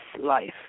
life